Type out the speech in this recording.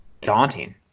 daunting